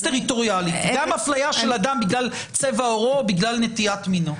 גם אפליה של אדם בגלל צבע עורו או בגלל נטיית מינו.